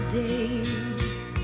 days